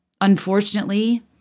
unfortunately